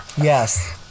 Yes